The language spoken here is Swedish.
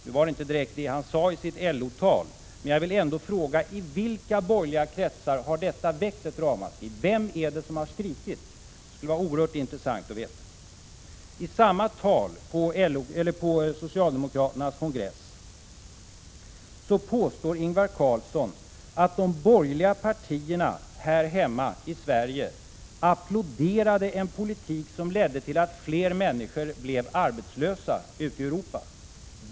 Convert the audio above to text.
Nu var det inte direkt det som han sade i sitt tal, men jag vill ändå fråga: I vilka borgerliga kretsar har detta väckt ett ramaskri? Vem är det som har skrikit? Det skulle vara oerhört intressant att få veta. I samma tal på socialdemokraternas kongress påstod Ingvar Carlsson att de borgerliga partierna här hemma i Sverige applåderade en politik, som ledde till att fler människor blev arbetslösa ute i Europa.